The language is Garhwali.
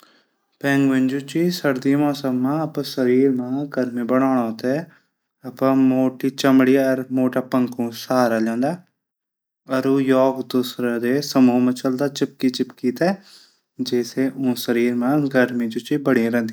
पैंगुइन जू च सर्दियों मा अपड शरीर मा गर्मी बणानो थै। अपडी मोटी चमडी और पंखो सहारा लिंदो। अर एक दूशरो समूह मा चलदा सहारा लीणू थै। चिपकी चिपकी ज्यां से गर्मी बणी रैंदी।